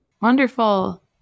Wonderful